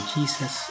Jesus